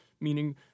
meaning